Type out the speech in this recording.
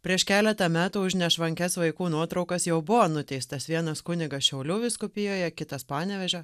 prieš keletą metų už nešvankias vaikų nuotraukas jau buvo nuteistas vienas kunigas šiaulių vyskupijoje kitas panevėžio